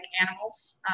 animals